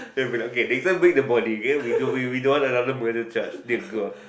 they will be like okay Dickson bring the body okay we don't we we don't want another murder charge dear god